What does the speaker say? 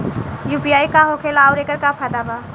UPI का होखेला आउर एकर का फायदा बा?